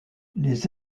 les